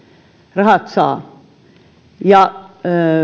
rahat saa ja